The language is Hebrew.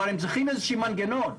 אבל הם צריכים איזשהו מנגנון.